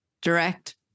direct